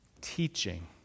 teaching